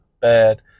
bad